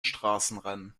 straßenrennen